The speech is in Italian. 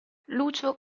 lucio